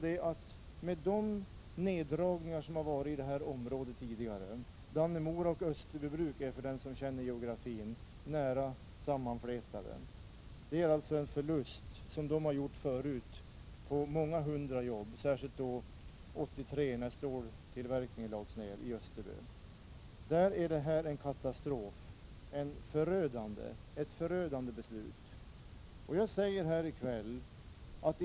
De neddragningar som tidigare gjorts i det här området — Dannemora och Österbybruk är nära sammanflätade; det vet den som känner geografin — innebar en förlust av många hundra jobb, särskilt 1983, när ståltillverkningen lades ned i Österbybruk. Där är detta en katastrof, ett förödande beslut.